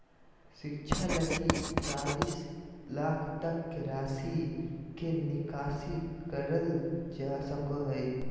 शिक्षा लगी चालीस लाख तक के राशि के निकासी करल जा सको हइ